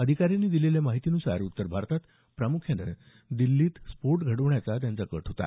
अधिकाऱ्यांनी दिलेल्या माहितीन्सार उत्तरभारतात प्रामुख्यानं दिल्लीत स्फोट घडवण्याचा त्यांचा कट होता